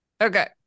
Okay